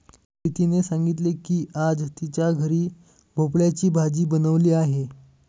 प्रीतीने सांगितले की आज तिच्या घरी भोपळ्याची भाजी बनवली आहे